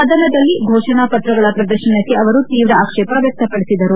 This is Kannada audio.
ಸದನದಲ್ಲಿ ಫೋಷಣಾ ಪತ್ರಗಳ ಪ್ರದರ್ಶನಕ್ಕೆ ಅವರು ತೀವ್ರ ಆಕ್ಷೇಪ ವ್ಯಕ್ತಪಡಿಸಿದರು